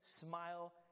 smile